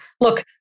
Look